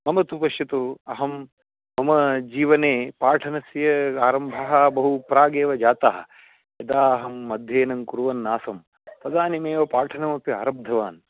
मम तु पश्यतु अहं मम जीवने पाठनस्य आरम्भः बहु प्रागेव जातः यदा अहम् अध्ययनं कुर्वन्नासं तदानीमेव पाठनमपि आरब्धवान्